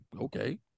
okay